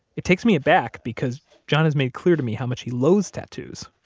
it takes me aback, because john has made clear to me how much he loathes tattoos.